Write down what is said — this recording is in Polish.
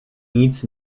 nic